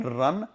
run